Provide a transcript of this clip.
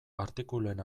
artikuluen